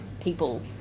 people